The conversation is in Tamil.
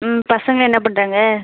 ம் பசங்க என்ன பண்ணுறாங்க